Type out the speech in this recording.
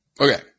Okay